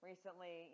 Recently